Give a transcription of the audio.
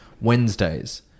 Wednesdays